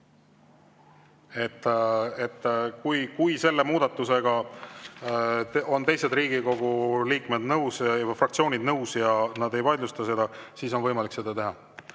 Kui selle muudatusega on teised Riigikogu liikmed nõus ja fraktsioonid nõus ja keegi ei vaidlusta seda, siis on võimalik seda teha.